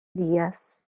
dies